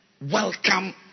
welcome